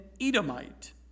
Edomite